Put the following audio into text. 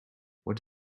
what